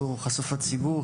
הוא חשוף לציבור,